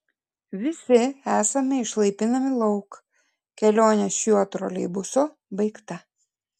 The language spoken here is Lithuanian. visi esame išlaipinami lauk kelionė šiuo troleibusu baigta